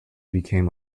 became